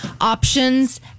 options